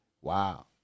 Wow